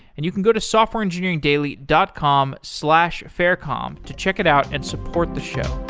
and you can go to softwareengineeringdaily dot com slash faircom to check it out and support the show